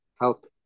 help